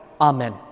Amen